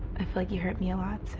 i feel like you hurt me a lot, so.